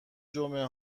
جعبه